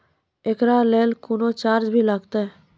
एकरा लेल कुनो चार्ज भी लागैये?